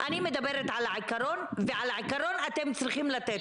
זה נדון כרגע אצלנו ואני לא יודע כרגע לתת